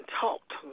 talked